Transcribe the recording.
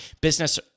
business